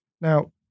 Now